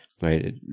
right